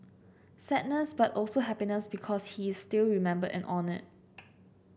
sadness but also happiness because he is still remembered and honoured